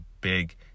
big